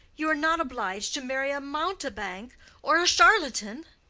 you are not obliged to marry a mountebank or a charlatan.